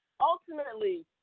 ultimately